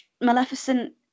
Maleficent